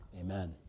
Amen